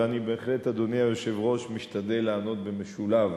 ואני בהחלט, אדוני היושב-ראש, משתדל לענות במשולב